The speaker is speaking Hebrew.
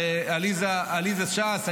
עליזה ש"ס,